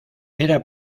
era